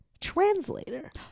translator